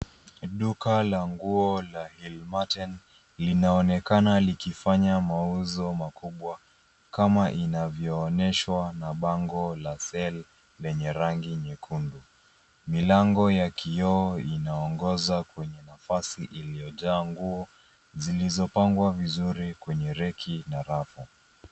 Duka la nguo la HillMarten linaonekana likifanya mauzo makubwa kama inavyoonyeshwa na bango la Sale lenye rangi nyekundu. Milango ya kioo inaongoza kwenye nafasi iliyojaa nguo zilizopangwa vizuri kwenye reki na rafu.